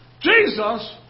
Jesus